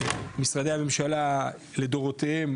משרדי הממשלה לדורותיהם,